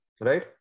right